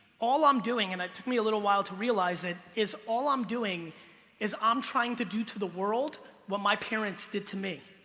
all i'm doing, and it took me a little while to realize it, is all i'm doing is i'm trying to do to the world what my parents did to me.